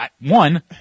One